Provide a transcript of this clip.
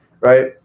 Right